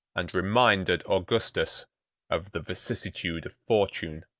and reminded augustus of the vicissitude of fortune.